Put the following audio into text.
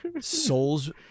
souls